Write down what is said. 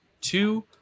two